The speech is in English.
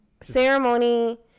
ceremony